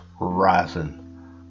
rising